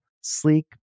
sleek